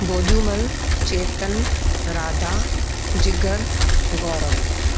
Bhojumal Chetan Radha Jigar Gaurav